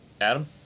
Adam